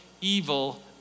evil